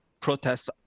protests